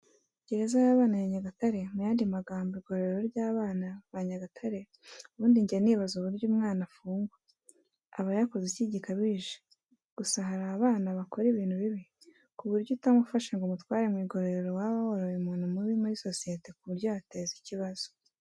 Gereza y'abana ya Nyagatare muyandi magambo igororero ry'abana ba Nyagatare ubundi njya nibaza uburyo umwana afungwa abayakoze iki gikabije gusa harabana bakora ibintu bibi kuburyo utamufashe ngo umutware mwigororero waba woroye umuntu mubi muri sosiyete kuburyo yateza ikibazo.